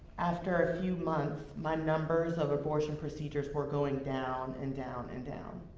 after a few months, my numbers of abortion procedures were going down and down and down.